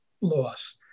loss